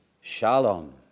Shalom